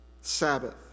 Sabbath